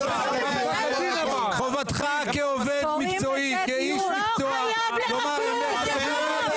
חובתך כעובד מקצועי, כאיש מקצוע לומר אמת.